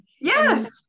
Yes